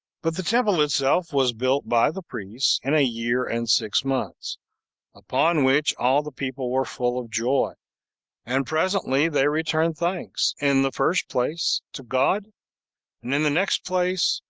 but the temple itself was built by the priests in a year and six months upon which all the people were full of joy and presently they returned thanks, in the first place, to god and in the next place,